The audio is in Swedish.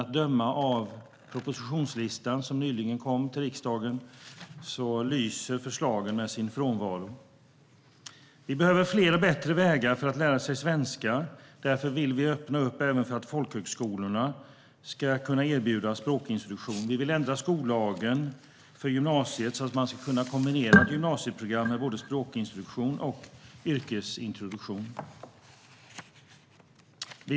Att döma av propositionslistan som nyligen kom till riksdagen lyser förslagen med sin frånvaro. Vi behöver fler och bättre vägar för att lära sig svenska. Därför vill vi öppna för att även folkhögskolorna ska kunna erbjuda språkintroduktion. Vi vill ändra skollagen för gymnasiet så att man ska kunna kombinera ett gymnasieprogram med både språkintroduktion och yrkesintroduktion.